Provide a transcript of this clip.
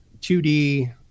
2D